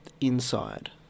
Inside